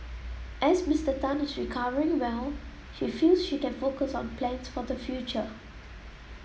as Mister Tan is recovering well she feels she can focus on plans for the future